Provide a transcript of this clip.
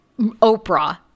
Oprah